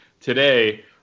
today